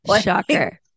Shocker